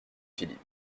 philippe